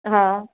હં